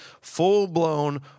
full-blown